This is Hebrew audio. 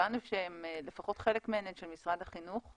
הבנו שלפחות חלק מהן הן של משרד החינוך.